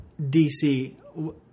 DC